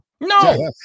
No